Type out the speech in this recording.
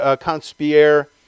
conspire